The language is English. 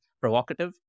provocative